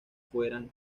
fueran